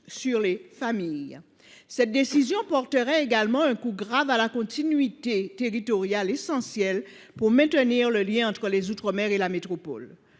sur les familles. Cette décision porterait également un coup grave à la continuité territoriale, essentielle pour maintenir le lien entre les outre mer et la métropole.